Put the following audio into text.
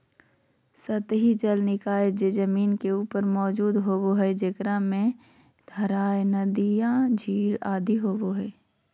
सतही जल निकाय जे जमीन के ऊपर मौजूद होबो हइ, जेकरा में धाराएँ, नदियाँ, झील आदि होबो हइ